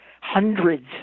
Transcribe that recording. Hundreds